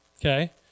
okay